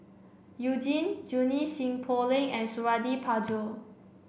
You Jin Junie Sng Poh Leng and Suradi Parjo